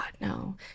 no